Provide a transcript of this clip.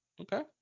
Okay